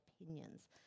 opinions